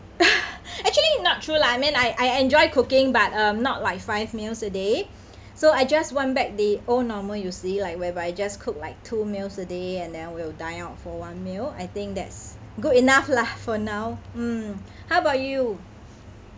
actually not true lah I mean I I enjoy cooking but uh not like five meals a day so I just want back the old normal you see like whereby you just cook like two meals a day and then we'll dine out for one meal I think that's good enough lah for now mm how about you